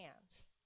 hands